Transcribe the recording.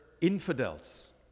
infidels